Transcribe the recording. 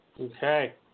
Okay